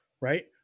right